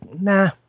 nah